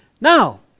Now